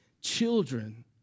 Children